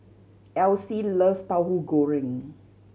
Elyse loves Tahu Goreng